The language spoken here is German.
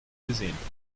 gesehen